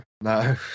no